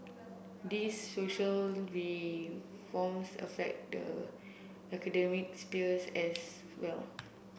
these social reforms affect the spheres as well